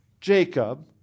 Jacob